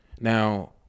Now